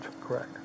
Correct